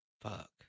fuck